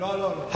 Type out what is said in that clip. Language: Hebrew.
שר הפנים,